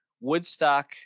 Woodstock